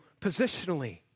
positionally